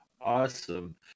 Awesome